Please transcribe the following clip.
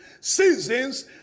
Seasons